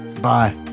Bye